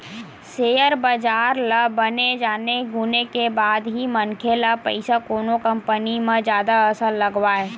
share बजार ल बने जाने गुने के बाद ही मनखे ल पइसा कोनो कंपनी म जादा असन लगवाय